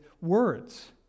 words